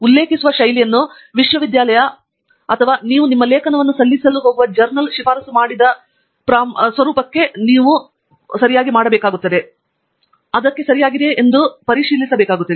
ಉಲ್ಲೇಖಿಸುವ ಶೈಲಿಯನ್ನು ವಿಶ್ವವಿದ್ಯಾನಿಲಯ ಅಥವಾ ನೀವು ನಿಮ್ಮ ಲೇಖನವನ್ನು ಸಲ್ಲಿಸಲು ಹೋಗುವ ಜರ್ನಲ್ ಶಿಫಾರಸು ಮಾಡಿದ ಪ್ರಮಾಣಿತ ಸ್ವರೂಪದ ಪ್ರಕಾರ ಕಸ್ಟಮೈಸ್ ಮಾಡಲಾಗುವುದು